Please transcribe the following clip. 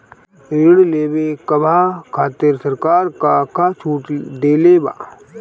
ऋण लेवे कहवा खातिर सरकार का का छूट देले बा?